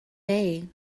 bay